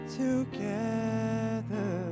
together